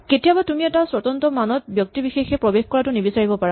কেতিয়াবা তুমি এটা স্বতন্ত্ৰ মানত ব্যক্তিবিশেষে প্ৰবেশ কৰাটো নিবিচাৰিব পাৰা